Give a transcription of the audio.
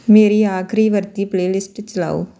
ਮੇਰੀ ਆਖਰੀ ਵਰਤੀ ਪਲੇਲਿਸਟ ਚਲਾਓ